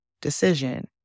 decision